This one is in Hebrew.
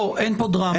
לא, אין פה דרמה.